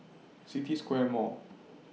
City Square Mall